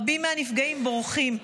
רבים מהנפגעים בורחים,